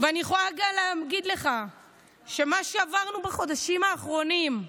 ואני יכולה גם להגיד לך שמה שעברנו בחודשים האחרונים,